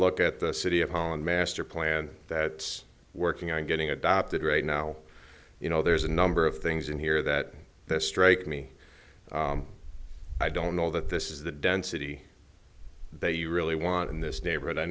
look at the city of holland masterplan that's working on getting adopted right now you know there's a number of things in here that that strike me i don't know that this is the density that you really want in this neighborhood i